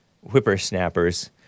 whippersnappers